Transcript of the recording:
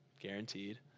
guaranteed